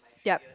yup